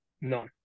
None